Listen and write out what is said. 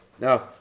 Now